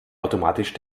automatisch